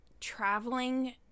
traveling